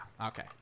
okay